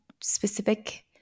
specific